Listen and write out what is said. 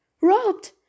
Robbed